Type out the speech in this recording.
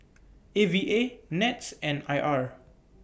A V A Nets and I R